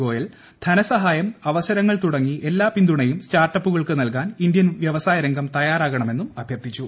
ഗോയൽ ധന സഹായം അവസരങ്ങൾ തുടങ്ങി എല്ലാ പിന്തുണയും സ്റ്റാർട്ടപ്പൂകൾക്ക് നൽകാൻ ഇന്ത്യൻ വ്യവസായരംഗം തയാറാകണ മെന്നും അഭ്യർത്ഥിച്ചു